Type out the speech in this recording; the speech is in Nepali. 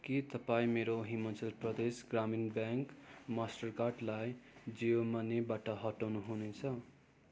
के तपाईँ मेरो हिमाचल प्रदेश ग्रामीण ब्याङ्क मास्टरकार्डलाई जियो मनीबाट हटाउन हुनेछ